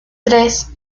tres